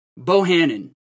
Bohannon